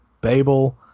Babel